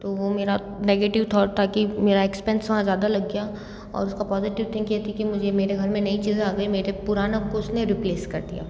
तो वो मेरा नेगेटिव थॉट था कि मेरा एक्सपेंस वहाँ ज़्यादा लग गया और उसका पॉजिटिव थिंक ये थी कि मुझे मेरे घर में नई चीज़ आ गयी मेरे पूराना कुछ नहीं रिप्लेस कर दिया